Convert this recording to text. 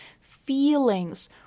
feelings